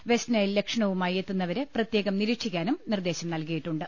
West Nile ലക്ഷണവുമായി എത്തുന്നവരെ പ്രത്യേകം നിരീക്ഷിക്കാനും നിർദ്ദേശം നൽകിയിട്ടുണ്ട്